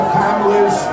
families